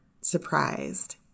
surprised